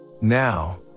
Now